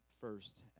first